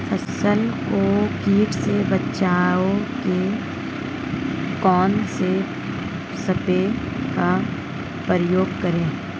फसल को कीट से बचाव के कौनसे स्प्रे का प्रयोग करें?